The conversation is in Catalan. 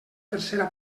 tercera